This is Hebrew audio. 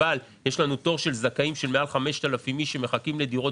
אבל יש לנו תור של זכאים של יותר מ-5,000 אנשים שמחכים לדירות